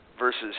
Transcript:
versus